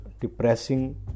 depressing